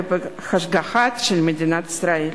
ובהשגחה של מדינת ישראל.